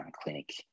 clinic